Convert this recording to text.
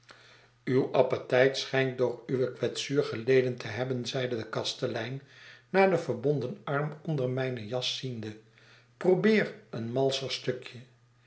uw appetijt schijnt door uwe kwetsuur geleden te hebben zeide de kastelein naar den verbonden arm onder mijne jas ziende probeer een malscher stukje